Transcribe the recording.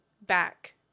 back